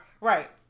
Right